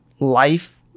life